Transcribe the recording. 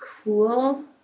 cool